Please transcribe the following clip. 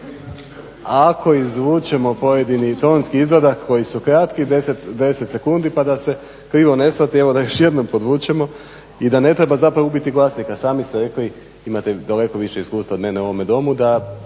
ako izvučemo pojedini tonski izvadak koji su kratki 10 sekundi pa da se krivo ne shvati evo da još jednom podvučeno i da ne treba zapravo ubiti glasnika. Sami ste rekli imate daleko više iskustva od mene u ovome Domu da